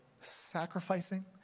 sacrificing